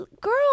Girl